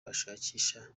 ashakisha